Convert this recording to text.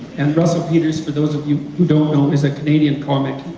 and russel peters, for those of you who don't know, is a canadian comic,